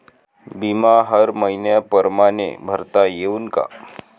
बिमा हर मइन्या परमाने भरता येऊन का?